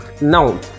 now